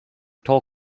toll